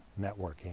networking